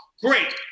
great